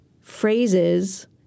phrases